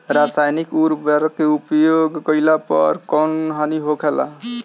रसायनिक उर्वरक के उपयोग कइला पर कउन हानि होखेला?